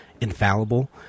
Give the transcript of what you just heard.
infallible